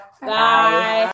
Bye